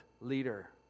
leader